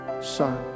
son